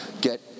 get